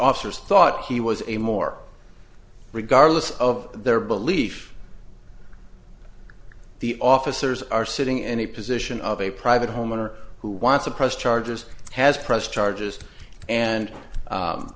officers thought he was a more regardless of their belief the officers are sitting in a position of a private homeowner who wants a press charges has pressed charges and